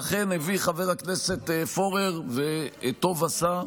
ואכן, הביא חבר הכנסת פורר, וטוב עשה.